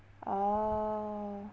orh